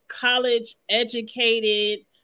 college-educated